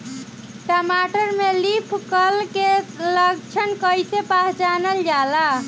टमाटर में leaf curl के लक्षण कइसे पहचानल जाला?